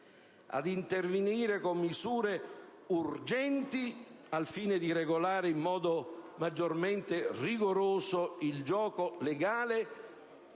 ad intervenire con misure urgenti al fine di regolare in modo maggiormente rigoroso il gioco legale,